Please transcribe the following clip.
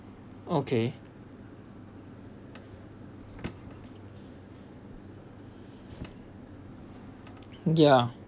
okay ya